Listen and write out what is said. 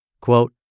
Quote